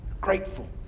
grateful